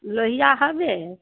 लोहिआ हबे